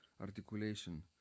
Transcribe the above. articulation